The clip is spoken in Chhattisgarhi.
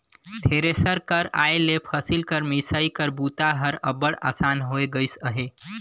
थेरेसर कर आए ले फसिल कर मिसई कर बूता हर अब्बड़ असान होए गइस अहे